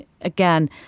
again